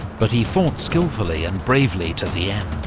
but he fought skilfully and bravely to the end.